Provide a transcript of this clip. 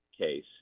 case